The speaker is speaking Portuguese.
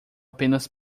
apenas